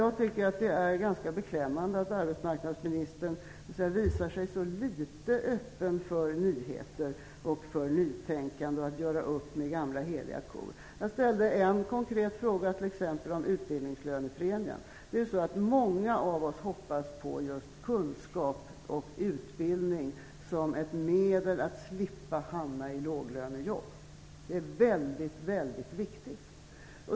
Jag tycker att det är beklämmande att arbetsmarknadsministern visar sig vara så litet öppen för nyheter, för nytänkande och för att göra upp med gamla heliga kor. Jag ställde en konkret fråga om utbildningslönepremien. Många av oss hoppas på just kunskap och utbildning som ett medel för människor att slippa hamna i låglönejobb. Det är väldigt viktigt.